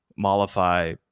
mollify